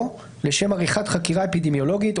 או לשם עריכת חקירה אפידמיולוגית,